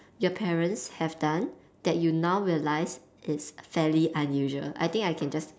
your parents have done that you now realise is fairly unusual I think I can just